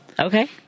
Okay